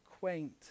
quaint